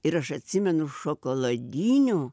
ir aš atsimenu šokoladinių